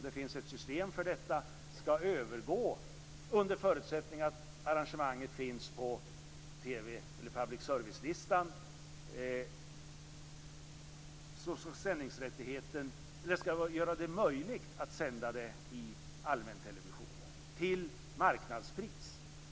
Det finns ett system som, under förutsättning att arrangemanget finns på public service-listan, gör det möjligt att sända det i allmäntelevisionen till marknadspris.